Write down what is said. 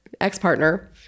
ex-partner